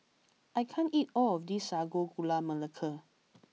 I can't eat all of this Sago Gula Melaka